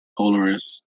polaris